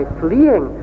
fleeing